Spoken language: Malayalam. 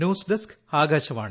news desk Akashvani